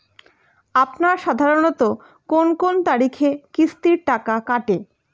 আপনারা সাধারণত কোন কোন তারিখে কিস্তির টাকা কাটে?